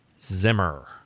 Zimmer